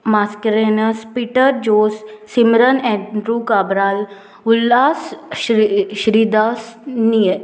Mascarenhas Peter Jose Simran Andrew Cabral Ulhas Shri Shridas निय